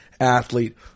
athlete